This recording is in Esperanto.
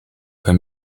kaj